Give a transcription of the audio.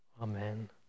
Amen